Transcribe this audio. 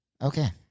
Okay